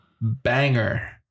banger